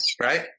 right